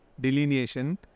delineation